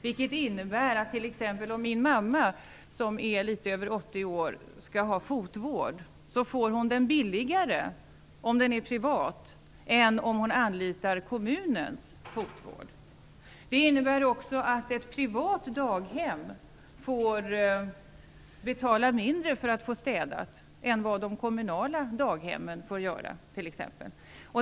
Det innebär t.ex. att om min mamma, som är litet över 80 år, behöver fotvård får hon den billigare om den utförs privat än om hon anlitar kommunens fotvård. Det innebär också att ett privat daghem får betala mindre för städningen än vad de kommunala daghemmen gör.